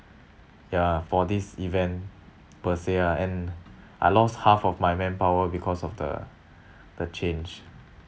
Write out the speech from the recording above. yeah for this event per se ah and I lost half of my manpower because of the the change